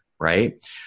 Right